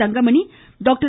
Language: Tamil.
தங்கமணி டாக்டர்